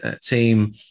team